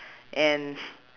and